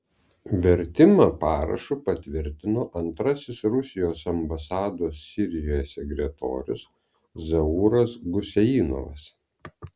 vertimą parašu patvirtino antrasis rusijos ambasados sirijoje sekretorius zauras guseinovas